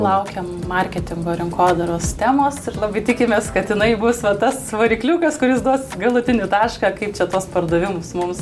laukiam marketingo ir rinkodaros temos ir labai tikimės kad jinai bus va tas varikliukas kuris duos galutinį tašką kaip čia tuos pardavimus mums